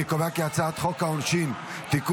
אני קובע כי הצעת חוק העונשין (תיקון,